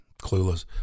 clueless